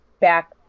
back